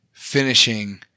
Finishing